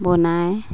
বনাই